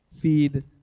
Feed